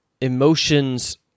emotions